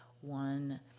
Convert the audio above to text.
one